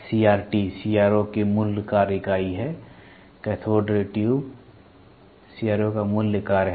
CRT CRO की मूल कार्य इकाई है कैथोड रे ट्यूब सीआरओ का मूल कार्य है